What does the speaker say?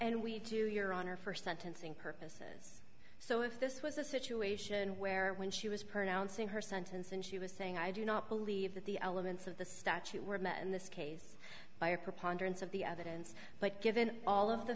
and we do your honor for sentencing purposes so if this was a situation where when she was pronounced in her sentence and she was saying i do not believe that the elements of the statute were met in this case by a preponderance of the evidence but given all of the